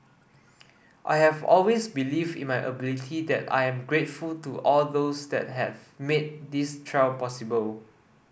I have always believed in my ability and I am grateful to all those that have made this trial possible